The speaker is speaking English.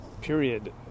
period